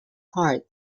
heart